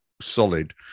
solid